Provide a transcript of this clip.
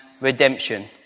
redemption